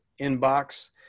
inbox